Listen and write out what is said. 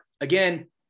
again